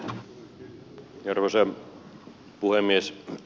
arvoisa puhemies